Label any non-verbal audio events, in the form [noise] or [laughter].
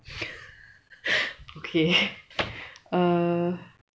[laughs] okay uh